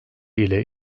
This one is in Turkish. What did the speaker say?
ile